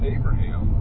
Abraham